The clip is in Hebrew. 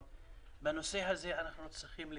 בנושא הזה כולנו צריכים להתעשת.